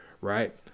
right